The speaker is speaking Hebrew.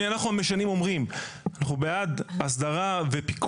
אנחנו דנים היום בהצעה לדיון מהיר בנושא: